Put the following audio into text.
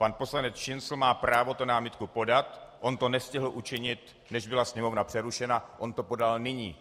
Pan poslanec Šincl má právo námitku podat, on to nestihl učinit, než byla Sněmovna přerušena, on to podal nyní.